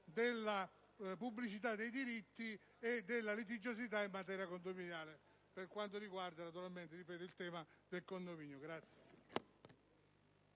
della pubblicità dei diritti e della litigiosità in materia condominiale, per quanto concerne il tema del condominio.